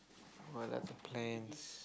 what are the plans